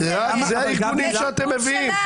אלה הארגונים אותם אתם מביאים.